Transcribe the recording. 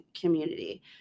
community